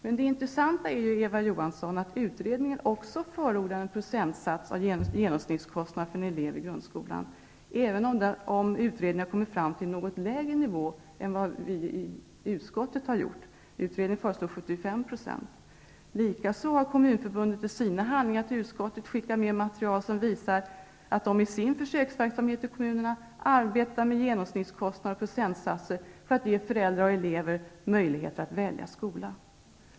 Men det intressanta är, Eva Johansson, att utredningen också förordar en procentsats av genomsnittskostnaden för en elev i grundskolan, även om utredningen har kommit fram till en något lägre nivå än vi i utskottet. Utredningen föreslår Likaså har Kommunförbundet i sina handlingar till utskottet skickat med material som visar att man i sin försöksverksamhet i kommunerna arbetar med genomsnittskostnader och procentsatser för att ge föräldrar och elever möjligheter att välja skola.